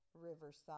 riverside